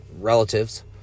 relatives